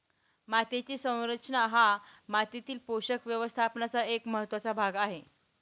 मातीची संरचना हा मातीतील पोषक व्यवस्थापनाचा एक महत्त्वाचा भाग आहे